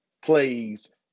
plays